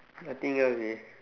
I think yours is